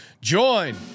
Join